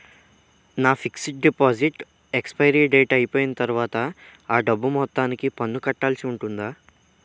నా fixed deposit expiry date అయిపోయిన తర్వాత అ డబ్బు మొత్తానికి పన్ను కట్టాల్సి ఉంటుందా?